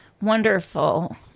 wonderful